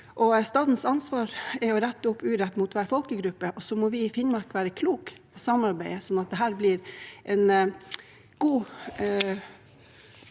Statens ansvar er å rette opp urett mot hver folkegruppe. Så må vi i Finnmark være kloke i samarbeidet, sånn at dette blir en god